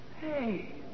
Hey